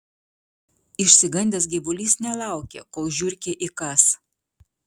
išsigandęs gyvulys nelaukė kol žiurkė įkąs